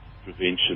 prevention